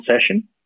session